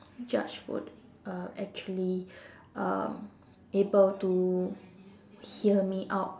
judge would uh actually um able to hear me out